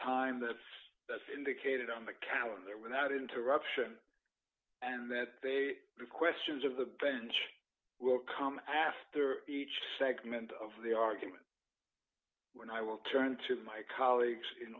time that's indicated on the calendar without interruption and that they the questions of the bench will come after each segment of the argument when i will turn to my colleagues in